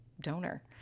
donor